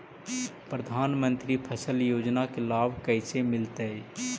प्रधानमंत्री फसल योजना के लाभ कैसे मिलतै?